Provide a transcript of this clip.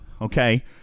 okay